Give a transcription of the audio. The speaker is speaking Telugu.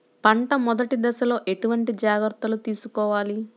పంట మెదటి దశలో ఎటువంటి జాగ్రత్తలు తీసుకోవాలి?